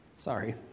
Sorry